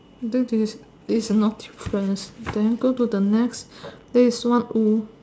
I think this is is not difference then go to the next this one oo